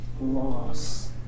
loss